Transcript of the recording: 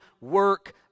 work